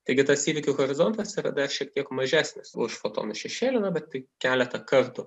taigi tas įvykių horizontas yra dar šiek tiek mažesnis už fotonų šešėlį na bet tik keletą kartų